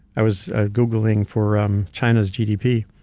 i was googling for um china's gdp.